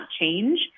change